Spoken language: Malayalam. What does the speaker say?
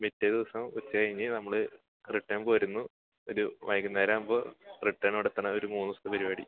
പിറ്റേ ദിവസം ഉച്ച കഴിഞ്ഞ് നമ്മൾ റിട്ടേൺ പോരുന്നു ഒരു വൈകുന്നേരം ആകുമ്പോൾ റിട്ടേൺ അവിടെ തന്നെ ഒരു മൂന്ന് ദിവസത്തെ പരുപാടി